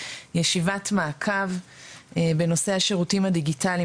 ישיבת מעקב בנושא השירותים הדיגיטליים